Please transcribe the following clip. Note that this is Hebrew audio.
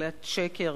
מכלכלת שקר,